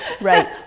right